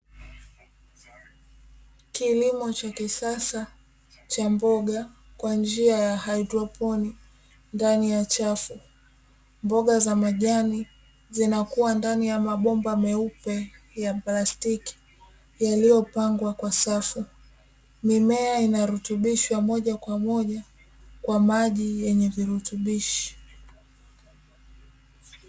Kilimo cha kisasa cha mboga kwa njia ya haidroponi ndani ya chafu mboga za majani zinakuwa ndani ya mabomba meupe ya plastiki, yaliyopangwa kwa safu mimea inarutubishwa moja kwa moja kwa maji yenye virutubishi.